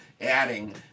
adding